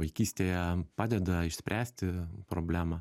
vaikystėje padeda išspręsti problemą